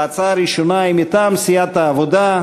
ההצעה הראשונה היא מטעם סיעת העבודה: